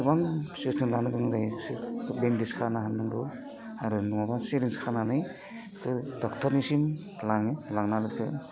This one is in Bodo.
गोबां जोथोन लानो गोनां जायो बेन्डेज खाना होनांगौ आरो नङाब्ला सिरिन्ज होनानै ड'क्टरनिसिम लाङो लांनानै बिखो